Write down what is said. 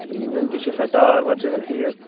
engine تہِ چھُسا tyre وٲر چھِسا ٹھیٖک